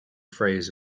phase